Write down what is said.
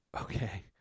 okay